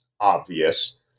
obvious